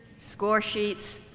score sheets,